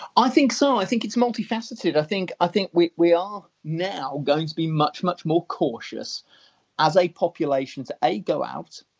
i think so, i think it's multi-faceted. i think i think we we are now going to be much, much more cautious as a population to a. go out,